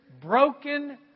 broken